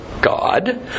God